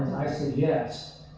i say yes.